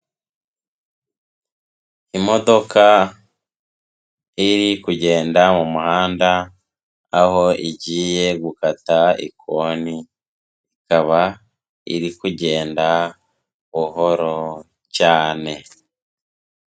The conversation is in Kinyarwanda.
Imodoka iri kugenda mu muhanda, aho igiye gukata ikoni, ikaba iri kugenda buhoro cyane.